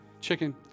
chicken